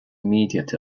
immediate